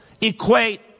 equate